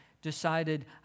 Decided